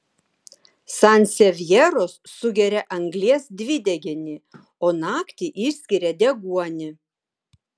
sansevjeros sugeria anglies dvideginį o naktį išskiria deguonį